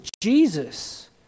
Jesus